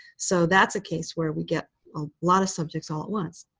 so that's a case where we get a lot of subjects all at once.